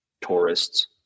tourists